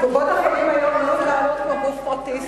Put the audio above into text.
קופות-החולים היום לא מתנהלות כמו גוף פרטי,